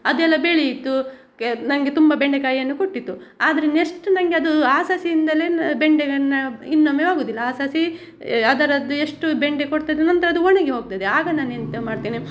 ಅದೆಲ್ಲ ಬೆಳಿಯಿತು ನನ್ಗೆ ತುಂಬ ಬೆಂಡೆಕಾಯನ್ನು ಕೊಟ್ಟಿತು ಆದರೆ ನೆಸ್ಟ್ ನನ್ಗೆ ಅದು ಆ ಸಸಿಯಿಂದಲೆ ಬೆಂಡೆಯನ್ನು ಇನ್ನೊಮ್ಮೆ ಆಗೋದಿಲ್ಲ ಆ ಸಸಿ ಅದರದ್ದು ಎಷ್ಟು ಬೆಂಡೆ ಕೊಡ್ತದೆ ನಂತರ ಅದು ಒಣಗಿ ಹೋಗ್ತದೆ ಆಗ ನಾನು ಎಂಥ ಮಾಡ್ತೇನೆ